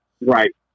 Right